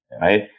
right